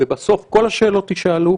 ובסוף כל השאלות יישאלו